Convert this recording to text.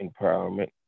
empowerment